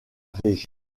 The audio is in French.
montérégie